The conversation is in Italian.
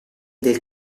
del